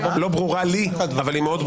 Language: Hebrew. לא ברורה לי הסיבה,